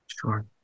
Sure